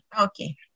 Okay